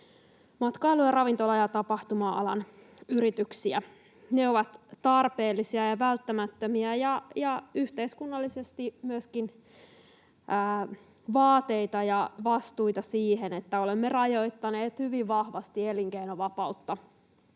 matkailu- ja ravintola- ja tapahtuma-alan yrityksiä. Ne ovat tarpeellisia ja välttämättömiä ja yhteiskunnallisesti myöskin vaateita ja vastuita siihen, että olemme rajoittaneet hyvin vahvasti elinkeinovapautta.